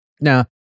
Now